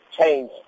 change